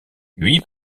huit